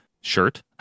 shirt